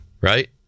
Right